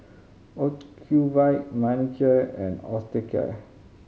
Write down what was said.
Ocuvite Manicare and Osteocare